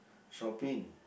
shopping